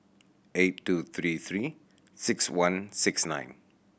eight two three Three Six One six nine